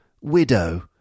widow